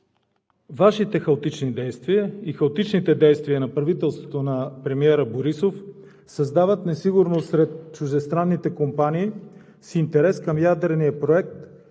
Вашите хаотични действия и хаотичните действия на правителството, на премиера Борисов, създават несигурност сред чуждестранните компании с интерес към ядрения проект,